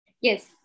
Yes